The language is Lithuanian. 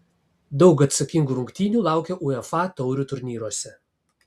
daug atsakingų rungtynių laukia uefa taurių turnyruose